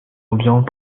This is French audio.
ambiant